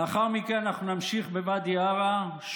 לאחר מכן אנחנו נמשיך בוואדי עארה,